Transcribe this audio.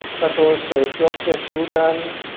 but also ethiopia, sudan,